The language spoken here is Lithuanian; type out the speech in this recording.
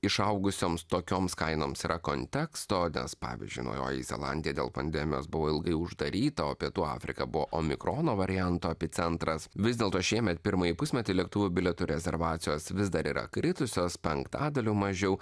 išaugusioms tokioms kainoms yra konteksto nes pavyzdžiui naujoji zelandija dėl pandemijos buvo ilgai uždaryta o pietų afrika buvo omikrono varianto epicentras vis dėlto šiemet pirmąjį pusmetį lėktuvų bilietų rezervacijos vis dar yra kritusios penktadaliu mažiau